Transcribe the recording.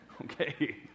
okay